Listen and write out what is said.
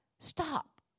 Stop